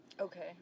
Okay